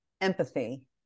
empathy